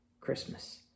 Christmas